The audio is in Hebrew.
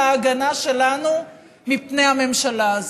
להגנה שלנו מפני הממשלה הזאת.